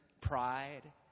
pride